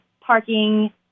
parking